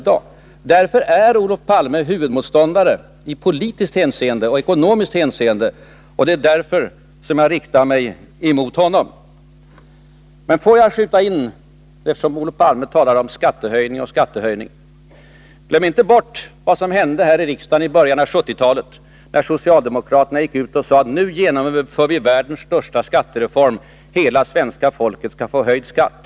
Därför är Olof Palme huvudmotståndare i politiskt och ekonomiskt hänseende, och det är därför som jag riktar mig emot honom. Låt mig sedan bemöta Olof Palmes anklagelser mot mig för upprepade skattehöjningar. De är osanna. Glöm inte bort vad som hände här i riksdagen i början av 1970-talet när socialdemokraterna gick ut och sade: Nu genomför vi världens största skattereform. Hela svenska folket skall få sänkt skatt.